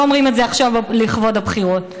לא אומרים את זה עכשיו לכבוד הבחירות.